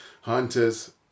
hunters